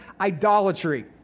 idolatry